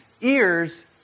ears